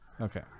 okay